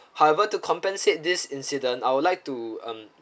however to compensate this incident I would like to um